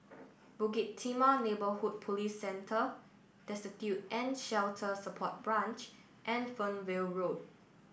Bukit Timah Neighbourhood Police Centre Destitute and Shelter Support Branch and Fernvale Road